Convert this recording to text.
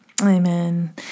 Amen